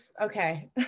okay